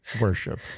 worship